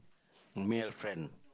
male friend